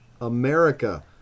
America